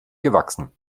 gewachsen